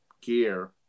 gear